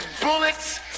bullets